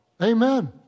Amen